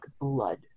blood